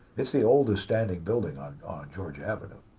it's the oldest standing building on ah georgia avenue.